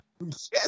Yes